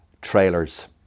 trailers